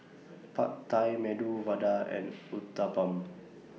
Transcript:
Pad Thai Medu Vada and Uthapam